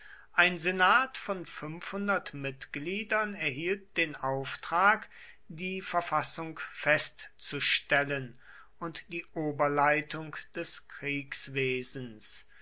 ein senat von fünfhundert mitgliedern erhielt den auftrag die verfassung festzustellen und die oberleitung des